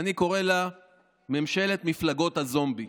אני קורא לה ממשלת מפלגות הזומבי.